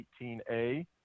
18A